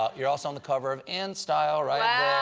ah you're also on the cover of in sciel right